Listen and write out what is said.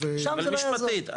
אז משפטית.